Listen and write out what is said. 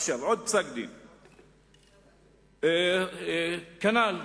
עוד פסק-דין, כנ"ל,